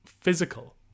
physical